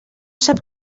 sap